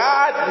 God